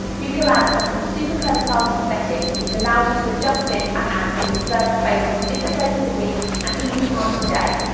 google ads has some super clever targeting settings which allows you to adjust bids and ads being served based on different days of the week and even time of day,